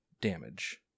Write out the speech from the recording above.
damage